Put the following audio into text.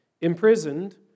imprisoned